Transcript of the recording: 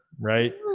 right